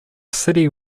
city